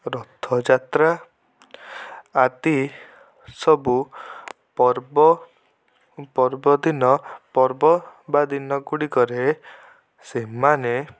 ରଥଯାତ୍ରା ଆଦି ସବୁ ପର୍ବ ପର୍ବଦିନ ପର୍ବ ବା ଦିନ ଗୁଡ଼ିକରେ ସେମାନେ